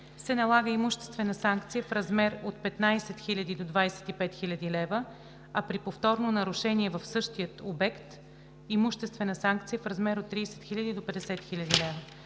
се налага имуществена санкция в размер от 15 000 до 25 000 лв., а при повторно нарушение в същия обект, имуществена санкция в размер от 30 000 до 50 000 лв.